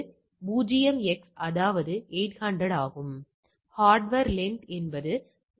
ஏனென்றால் அது வளைவின் வடிவம் எவ்வாறு இருக்கும் என்பதைப் பொருத்து என்று தெரிகிறது